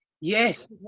Yes